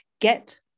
get